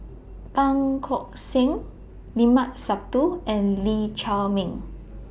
Tan Keong Saik Limat Sabtu and Lee Chiaw Meng